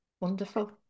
Wonderful